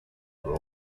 were